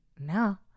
no